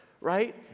right